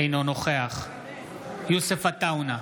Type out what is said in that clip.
אינו נוכח יוסף עטאונה,